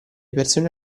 persone